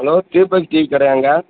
hello Deepak TV கடையாங்க